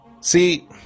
see